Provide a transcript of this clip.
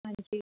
ਹਾਂਜੀ